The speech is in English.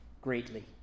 greatly